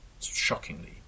shockingly